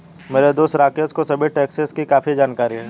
मेरे दोस्त राकेश को सभी टैक्सेस की काफी जानकारी है